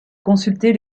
consulter